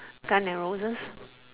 sun and roses